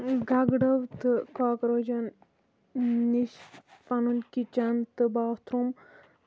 گگڑو تہٕ کاکروچَن نِش پَنُن کِچَن تہٕ باتھروٗم